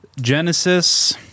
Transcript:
Genesis